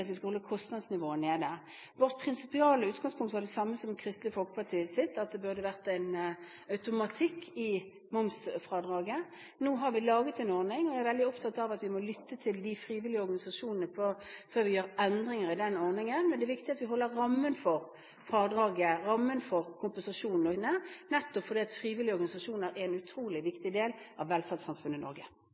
at vi skal holde kostnadsnivået nede. Vårt prinsipale utgangspunkt var det samme som Kristelig Folkepartis, at det burde vært en automatikk i momsfradraget. Nå har vi laget en ordning, og jeg er veldig opptatt av at vi må lytte til de frivillige organisasjonene før vi gjør endringer i den ordningen. Men det er viktig at vi holder rammen for fradraget, rammen for kompensasjonen, inne, nettopp fordi frivillige organisasjoner er en utrolig viktig del av velferdssamfunnet Norge.